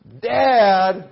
dad